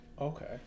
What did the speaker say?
Okay